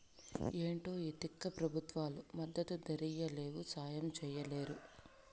ఏంటో ఈ తిక్క పెబుత్వాలు మద్దతు ధరియ్యలేవు, సాయం చెయ్యలేరు